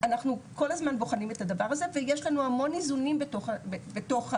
אנחנו כל הזמן בוחנים את הדבר הזה ויש לנו המון איזונים בתוך זה.